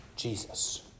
Jesus